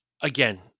again